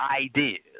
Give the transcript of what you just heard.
ideas